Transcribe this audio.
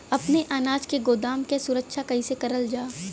अपने अनाज के गोदाम क सुरक्षा कइसे करल जा?